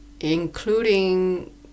including